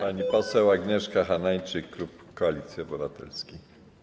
Pani poseł Agnieszka Hanajczyk, klub Koalicja Obywatelska.